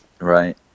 right